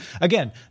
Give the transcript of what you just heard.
Again